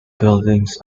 buildings